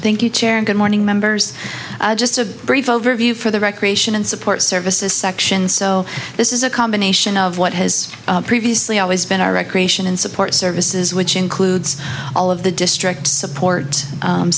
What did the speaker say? thank you chairman good morning members just a brief overview for the recreation and support services section so this is a combination of what has previously always been our recreation and support services which includes all of the district support